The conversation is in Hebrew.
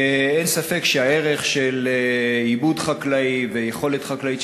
אין ספק שהערך של עיבוד חקלאי ויכולת חקלאית